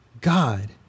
God